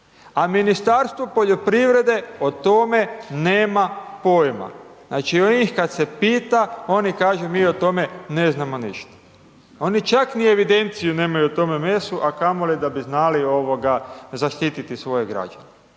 a Ministarstvo poljoprivrede o tome nema pojama. Znači njih kada se pita, oni kažu mi o tome ne znamo ništa. Oni čak ni evidenciju nemaju o tome mesu, a kamoli da bi znali zaštiti svoje građane.